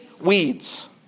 weeds